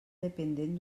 dependent